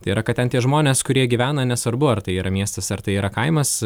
tai yra kad tie žmonės kurie gyvena nesvarbu ar tai yra miestas ar tai yra kaimas